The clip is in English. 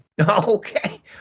Okay